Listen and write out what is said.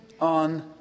on